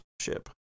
ship